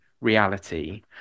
reality